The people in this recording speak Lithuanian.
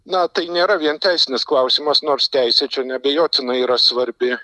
na tai nėra vien teisinis klausimas nors teisė čia neabejotinai yra svarbi